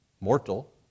mortal